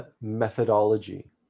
methodology